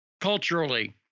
culturally